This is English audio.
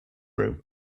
room